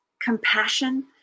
compassion